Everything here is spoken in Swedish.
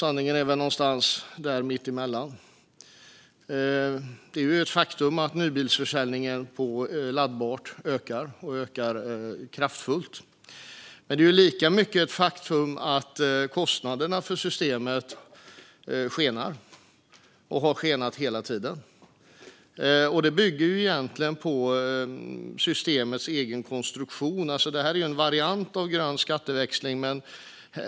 Sanningen är väl någonstans där mitt emellan. Det är ett faktum att nybilsförsäljningen för laddbart ökar, och ökar kraftfullt. Men det är lika mycket ett faktum att kostnaderna för systemet skenar och har skenat hela tiden. Det bygger egentligen på systemets egen konstruktion. Det här är en variant av grön skatteväxling.